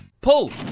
Pull